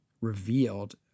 revealed